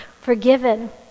forgiven